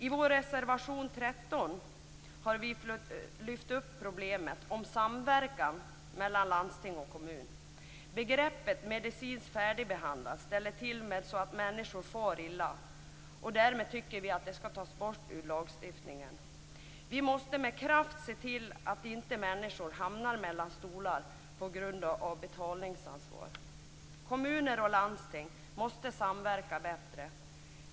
I vår reservation 13 har vi lyft fram problemet om samverkan mellan landsting och kommun. Begreppet medicinskt färdigbehandlad ställer till så att människor far illa. Därför tycker vi att det skall tas bort ur lagstiftningen. Vi måste med kraft se till att inte människor hamnar mellan stolar på grund av betalningsansvar. Kommuner och landsting måste samverka bättre.